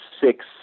six